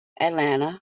Atlanta